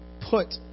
put